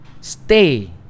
stay